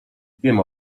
wiem